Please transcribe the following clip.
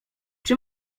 czy